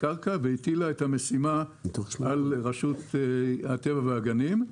קרקע והטילה את המשימה על רשות הטבע והגנים,